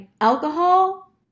alcohol